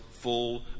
full